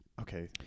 Okay